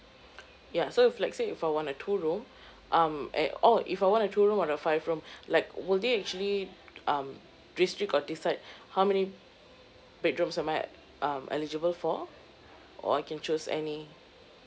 ya so if let's say if I want a two room um and oh if I want a two room or the five room like will they actually um restrict or decide how many bedrooms am I um eligible for or I can choose any